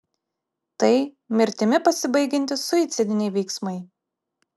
tai mirtimi pasibaigiantys suicidiniai veiksmai